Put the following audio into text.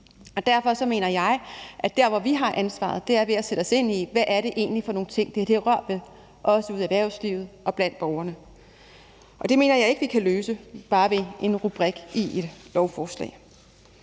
og derfor så mener jeg, at der, hvor vi har ansvaret, er at sætte os ind i, hvad det egentlig er for nogle ting, et forslag rører ved, også i erhvervslivet og blandt borgerne. Det mener jeg ikke vi kan løse bare ved en rubrik i et lovforslag.